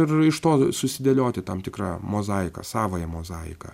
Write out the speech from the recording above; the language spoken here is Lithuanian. ir iš to susidėlioti tam tikrą mozaiką savąją mozaiką